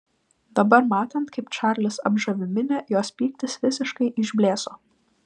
dabar matant kaip čarlis apžavi minią jos pyktis visiškai išblėso